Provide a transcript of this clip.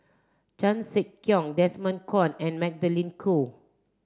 Chan Sek Keong Desmond Kon and Magdalene Khoo